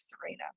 Serena